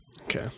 Okay